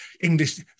English